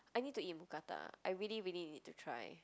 I need to eat Mookata I really really need to try